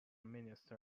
minister